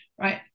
Right